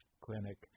clinic